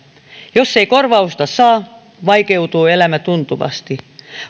jos korvausta ei saa vaikeutuu elämä tuntuvasti